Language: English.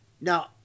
Now